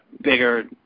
bigger